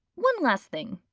one last thing.